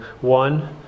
One